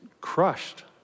crushed